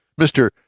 Mr